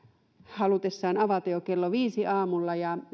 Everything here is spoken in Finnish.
halutessaan avata jo kello viidellä aamulla ja